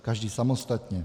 Každý samostatně.